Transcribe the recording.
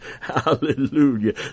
Hallelujah